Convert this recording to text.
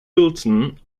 wilson